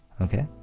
okay